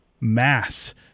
mass